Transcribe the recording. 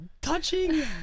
touching